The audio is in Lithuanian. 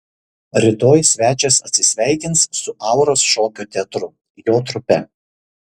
rytoj svečias atsisveikins su auros šokio teatru jo trupe